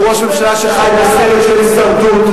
הוא ראש ממשלה שחי בסרט של הישרדות.